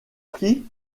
prit